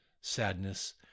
sadness